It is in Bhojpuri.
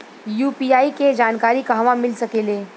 यू.पी.आई के जानकारी कहवा मिल सकेले?